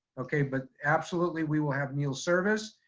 okay. but absolutely we will have meal service.